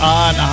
on